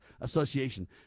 Association